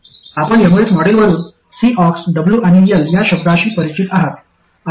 आपण एमओएस मॉडेलवरून Cox W आणि L या शब्दांशी परिचित आहात